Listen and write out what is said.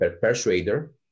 persuader